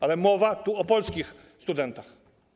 Ale mowa tu o polskich studentach.